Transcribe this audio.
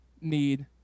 need